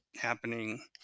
happening